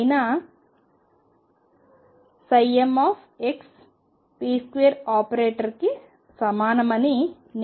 అయిన mxp2 ఆపరేటర్కి సమానమని నేను రాయగలను